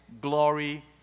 glory